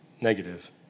negative